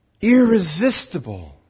irresistible